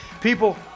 People